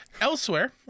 Elsewhere